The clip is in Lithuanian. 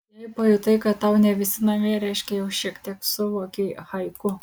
jei pajutai kad tau ne visi namie reiškia jau šiek tiek suvokei haiku